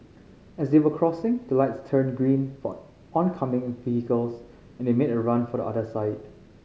as they were crossing the lights turned green for oncoming vehicles and they made a run for the other side